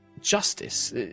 justice